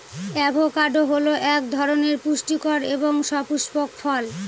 avocado হল এক ধরনের সুপুষ্টিকর এবং সপুস্পক ফল